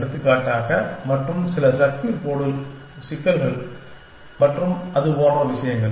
எடுத்துக்காட்டாக மற்றும் சில சர்க்யூட் போர்டு சிக்கல்கள் மற்றும் அது போன்ற விஷயங்கள்